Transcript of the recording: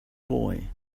boy